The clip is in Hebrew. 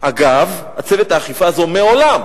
אגב, צוות האכיפה הזה מעולם